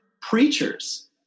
preachers